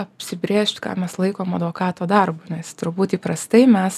apsibrėžt ką mes laikom advokato darbu nes turbūt įprastai mes